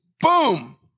boom